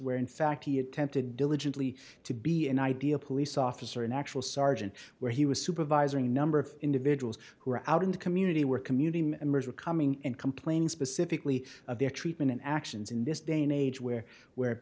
where in fact he attempted diligently to be an ideal police officer an actual sergeant where he was supervising a number of individuals who were out in the community where community members were coming and complaining specifically of their treatment and actions in this day and age where where